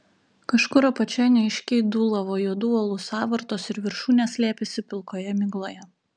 kažkur apačioje neaiškiai dūlavo juodų uolų sąvartos ir viršūnės slėpėsi pilkoje migloje